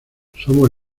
somos